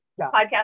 Podcast